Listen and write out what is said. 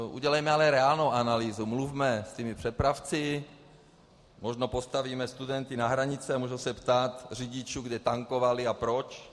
Udělejme ale reálnou analýzu, mluvme s přepravci, možná postavíme studenty na hranice a můžou se ptát řidičů, kde tankovali a proč.